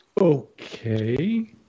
Okay